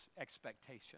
expectation